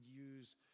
use